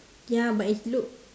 ya but is look